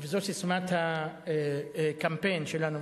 זו ססמת הקמפיין שלנו,